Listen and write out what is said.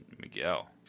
Miguel